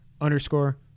underscore